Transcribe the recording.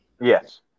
Yes